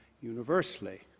universally